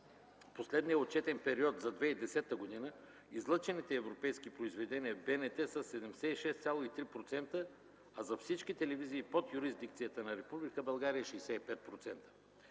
последния отчетен период за 2010 г., излъчените европейски произведения в БНТ са 76,3%, а за всичките телевизии под юрисдикцията на Република България – 65%.